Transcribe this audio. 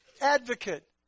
advocate